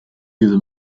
diese